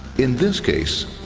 in this case,